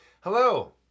hello